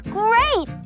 great